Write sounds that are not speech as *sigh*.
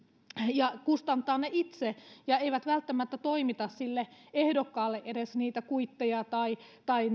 ja kustantaa ne itse ja he eivät välttämättä toimita sille ehdokkaalle edes niitä kuitteja tai tai *unintelligible*